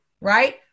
right